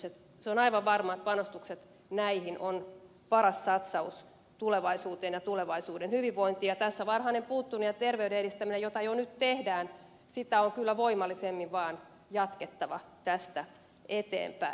se on aivan varmaa että panostukset näihin on paras satsaus tulevaisuuteen ja tulevaisuuden hyvinvointiin ja tässä varhaista puuttumista ja terveyden edistämistä joita jo nyt tehdään on kyllä voimallisemmin vaan jatkettava tästä eteenpäin